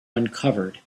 uncovered